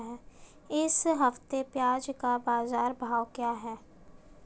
इस हफ्ते प्याज़ का बाज़ार भाव क्या है?